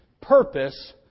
purpose